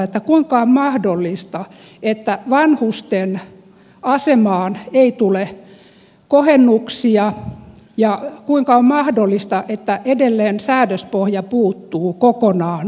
kuinka on mahdollista että vanhusten asemaan ei tule kohennuksia ja kuinka on mahdollista että edelleen säädöspohja puuttuu kokonaan